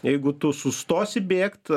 jeigu tu sustosi bėgt